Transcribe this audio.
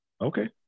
Okay